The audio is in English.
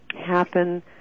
Happen